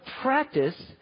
practice